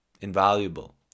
invaluable